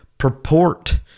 purport